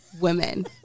women